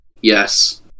Yes